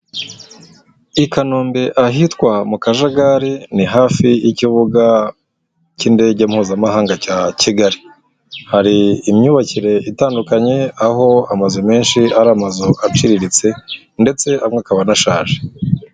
I Kanombe ahitwa mu Kajagari ni hafi y'ikibuga cy'indege mpuzamahanga cya Kigali, hari imyubakire itandukanye aho amazu menshi ari amazu aciriritse ndetse amwe akaba anashaje.